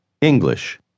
English